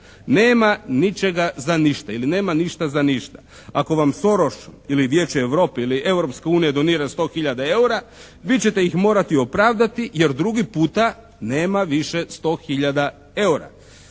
Nema ničega za ništa ili nema ništa za ništa. Ako vam Soroš ili Vijeće Europe ili Europska unija donira 100 hiljada eura vi ćete ih morati opravdati jer drugi puta nema više 100 hiljada eura.